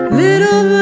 little